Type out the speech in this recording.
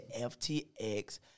FTX